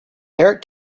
eric